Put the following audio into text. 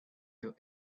your